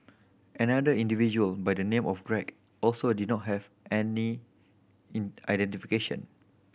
another individual by the name of Greg also did not have any in identification